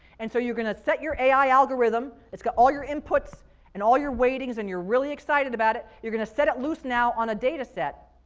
and so you're going to set your ai algorithm. it's got all your inputs and all your weightings and you're really excited about it. you're going to set it loose now on a data set.